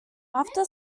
after